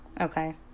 Okay